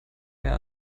mehr